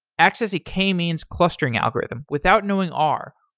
access a k-means clustering algorithm without knowing r,